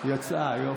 יצאה, יופי.